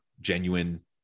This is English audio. genuine